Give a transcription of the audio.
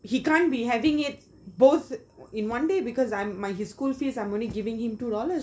he can't be having it both in one day because I'm my his school fees I'm only giving him two dollars